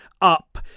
up